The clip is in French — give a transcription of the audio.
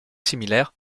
similaire